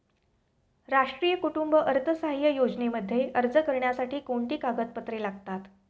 राष्ट्रीय कुटुंब अर्थसहाय्य योजनेमध्ये अर्ज करण्यासाठी कोणती कागदपत्रे लागतात?